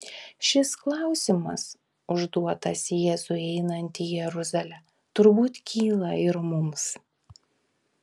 šis klausimas užduotas jėzui einant į jeruzalę turbūt kyla ir mums